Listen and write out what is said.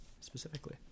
specifically